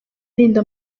arinda